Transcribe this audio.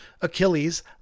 Achilles